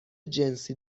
جنسی